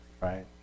Right